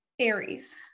Aries